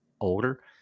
older